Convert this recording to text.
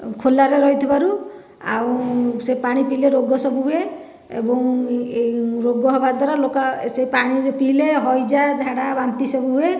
ଖୋଲାରେ ରହିଥିବାରୁ ଆଉ ସେ ପାଣି ପିଇଲେ ରୋଗ ସବୁ ହୁଏ ଏବଂ ଏହି ରୋଗ ହେବା ଦ୍ୱାରା ଲୋକ ସେ ପାଣିକି ପିଇଲେ ହଇଜା ଝାଡ଼ା ବାନ୍ତି ସବୁ ହୁଏ